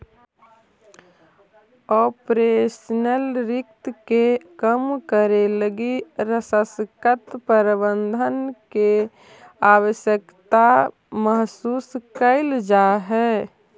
operational risk के कम करे लगी सशक्त प्रबंधन के आवश्यकता महसूस कैल जा हई